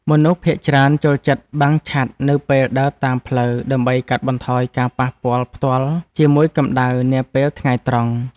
មនុស្សភាគច្រើនចូលចិត្តបាំងឆ័ត្រនៅពេលដើរតាមផ្លូវដើម្បីកាត់បន្ថយការប៉ះពាល់ផ្ទាល់ជាមួយកម្តៅថ្ងៃនាពេលថ្ងៃត្រង់។